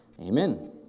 Amen